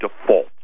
default